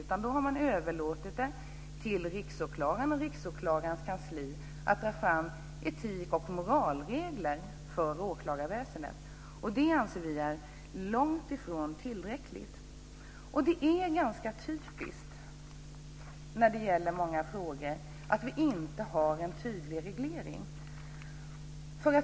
Man har överlåtit till riksåklagaren och dennes kansli att ta fram etik och moralregler för åklagarväsendet, och vi anser att detta är långt ifrån tillräckligt. Det är i många frågor ganska typiskt att vi inte har en tydlig reglering.